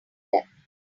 them